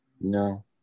No